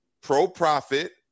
pro-profit